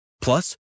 Plus